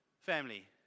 family